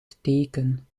teken